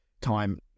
time